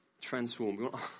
transform